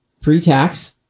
pre-tax